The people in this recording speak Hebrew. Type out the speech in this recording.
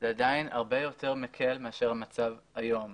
הרבה יותר מקל מאשר המצב היום.